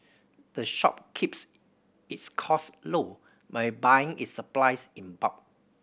the shop keeps its costs low by buying its supplies in bulk